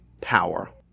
power